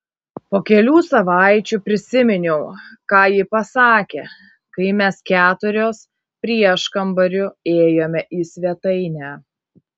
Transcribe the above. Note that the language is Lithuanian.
po kelių savaičių prisiminiau ką ji pasakė kai mes keturios prieškambariu ėjome į svetainę